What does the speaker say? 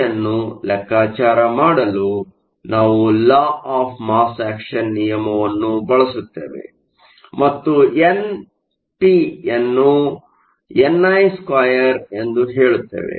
P ಅನ್ನು ಲೆಕ್ಕಾಚಾರ ಮಾಡಲು ನಾವು law of mass action of mass action ನಿಯಮವನ್ನು ಬಳಸುತ್ತೇವೆ ಮತ್ತು ಎನ್ ಪಿ ಅನ್ನು ni2 ಎಂದು ಹೇಳುತ್ತೇವೆ